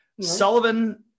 sullivan